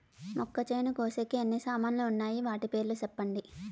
మొక్కచేను కోసేకి ఎన్ని సామాన్లు వున్నాయి? వాటి పేర్లు సెప్పండి?